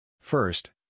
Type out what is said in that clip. First